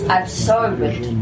absorbed